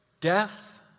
Death